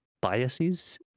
biases